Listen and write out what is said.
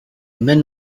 men